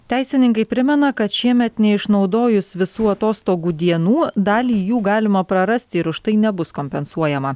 teisininkai primena kad šiemet neišnaudojus visų atostogų dienų dalį jų galima prarasti ir už tai nebus kompensuojama